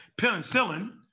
penicillin